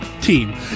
team